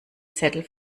zettel